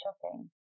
shopping